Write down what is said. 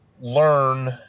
learn